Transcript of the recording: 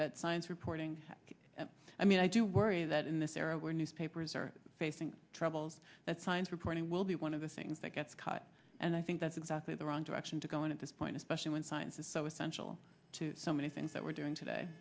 that science reporting i mean i do worry that in this era where newspapers are facing troubles that science reporting will be one of the things that gets cut and i think that's exactly the wrong direction to go in at this point especially when science is so essential to so many things that we're doing today